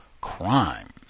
crime